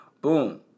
Boom